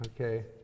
okay